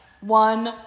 One